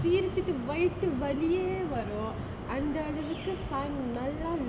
சிரிச்சிட்டு வைத்து வலியே வரும் அந்த அளவுக்கு:sirichittu vaithu valiyae varum andha alavukku sun நல்லா:nallaa